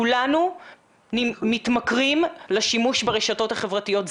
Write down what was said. כולנו מתמכרים לשימוש ברשתות החברתיות.